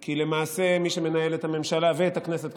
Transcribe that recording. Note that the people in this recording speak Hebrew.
כי למעשה מי שמנהל את הממשלה ואת הכנסת,